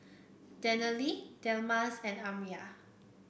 Daniele Delmas and Elmyra